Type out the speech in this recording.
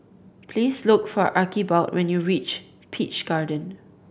please look for Archibald when you reach Peach Garden